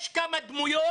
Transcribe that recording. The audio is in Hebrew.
יש כמה דמויות